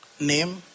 Name